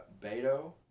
Beto